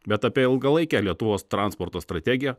bet apie ilgalaikę lietuvos transporto strategiją